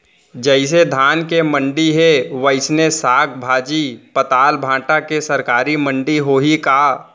जइसे धान के मंडी हे, वइसने साग, भाजी, पताल, भाटा के सरकारी मंडी होही का?